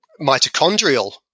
mitochondrial